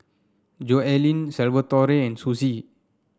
Joellen Salvatore and Suzie